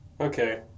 Okay